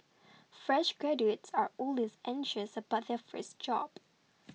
fresh graduates are always anxious about their first job